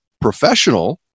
professional